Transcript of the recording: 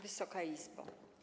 Wysoka Izbo!